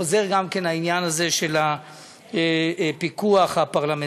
חוזר גם כן העניין הזה של הפיקוח הפרלמנטרי.